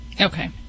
Okay